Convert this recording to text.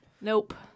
Nope